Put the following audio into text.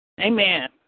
Amen